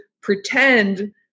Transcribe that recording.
pretend